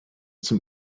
zum